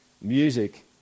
music